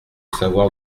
savoir